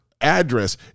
address